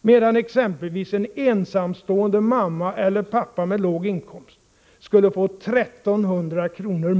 medan exempelvis en ensamstående mamma eller pappa med låg inkomst skulle få 1 300 kr.